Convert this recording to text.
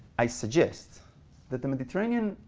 i suggest that the mediterranean